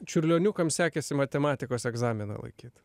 čiurlioniukams sekėsi matematikos egzaminą laikyt